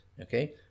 okay